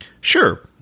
Sure